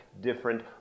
different